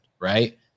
right